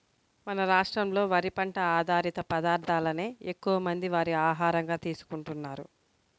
మన రాష్ట్రంలో వరి పంట ఆధారిత పదార్ధాలనే ఎక్కువమంది వారి ఆహారంగా తీసుకుంటున్నారు